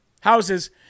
houses